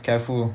careful